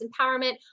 Empowerment